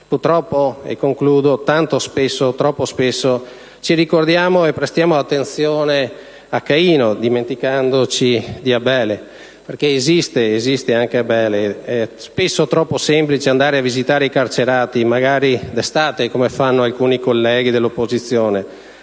Purtroppo tanto spesso, troppo spesso, ci ricordiamo e prestiamo attenzione a Caino dimenticandoci di Abele, perché esiste anche Abele. È spesso troppo semplice andare a visitare i carcerati, magari d'estate, come fanno alcuni colleghi dell'opposizione.